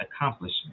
accomplishment